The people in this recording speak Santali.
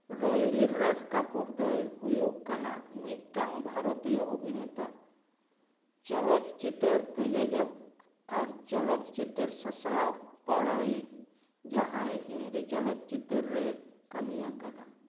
ᱨᱚᱱᱫᱷᱤᱨ ᱨᱟᱡᱽ ᱠᱟᱯᱩᱨ ᱫᱚᱭ ᱦᱩᱭᱩᱜ ᱠᱟᱱᱟ ᱢᱤᱫᱴᱟᱝ ᱵᱷᱟᱨᱚᱛᱤᱭᱚ ᱚᱵᱷᱤᱱᱮᱛᱟ ᱪᱚᱞᱚᱛ ᱪᱤᱛᱟᱹᱨ ᱯᱨᱳᱡᱳᱡᱚᱠ ᱟᱨ ᱪᱚᱞᱚᱛ ᱪᱤᱛᱟᱹᱨ ᱥᱟᱥᱟᱯᱲᱟᱣᱤᱡ ᱡᱟᱦᱟᱸᱭ ᱦᱤᱱᱫᱤ ᱪᱚᱞᱚᱛ ᱪᱤᱛᱟᱹᱨ ᱨᱮ ᱠᱟᱹᱢᱤᱭᱟᱠᱟᱫᱟ